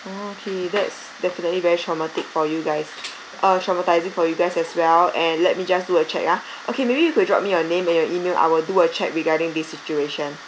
okay that's definitely very traumatic for you guys uh traumatising for you guys as well and let me just do a check ah okay maybe you could drop me your name and your email I will do a check regarding this situation